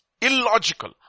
Illogical